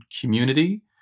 community